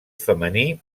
femení